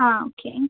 ആ ഓക്കെ